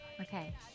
Okay